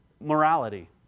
morality